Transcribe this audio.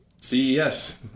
CES